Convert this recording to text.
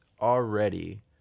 already